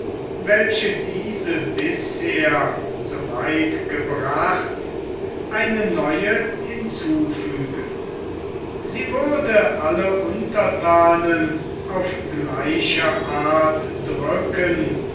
welche diese bisher so weit gebracht eine neue hinzufügen sie würde alle unterthanen auf gleiche art drücken